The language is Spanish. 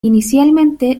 inicialmente